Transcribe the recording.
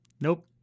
Nope